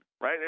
right